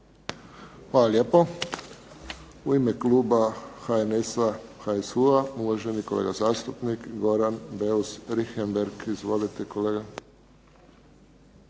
Hvala lijepo. U ime kluba HNS-a, HSU-a uvaženi zastupnik Goran Beus Richembergh. Izvolite kolega.